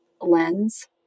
lens